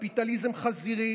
וקפיטליזם חזירי,